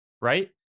right